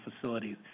facilities